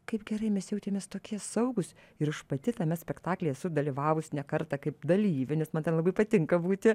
kaip gerai mes jautėmės tokie saugūs ir aš pati tame spektaklyje esu dalyvavus ne kartą kaip dalyvė nes man ten labai patinka būti